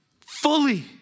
fully